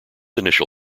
initial